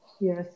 Yes